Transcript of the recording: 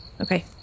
Okay